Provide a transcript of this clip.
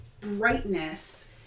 brightness